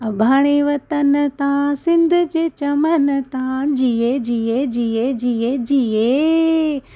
अबाणे वतन त सिंध जे चमन त जिए जिए जिए जिए जिए